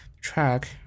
Track